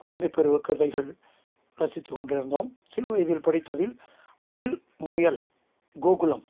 குழந்தை பருவ கதைகள் ரசித்துக் கொண்டிருந்தோம் சிறு வயதில் படித்ததில் அணில் முயல் கோகுலம்